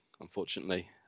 unfortunately